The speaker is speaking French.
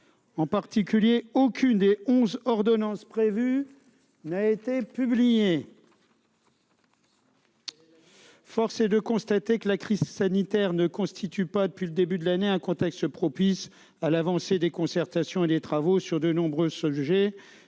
sa promulgation, et aucune des onze ordonnances prévues n'a été publiée. Force est de constater que la crise sanitaire ne constitue pas, depuis le début de l'année, un contexte propice à l'avancée des concertations et des travaux sur de nombreux sujets.